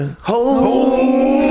hold